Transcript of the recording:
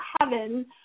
heaven